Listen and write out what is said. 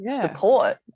support